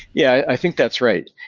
yeah, i think that's right,